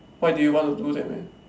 why do you want to do that man